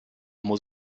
muss